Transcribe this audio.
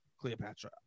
Cleopatra